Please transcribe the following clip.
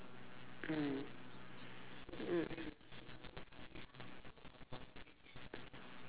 mm mm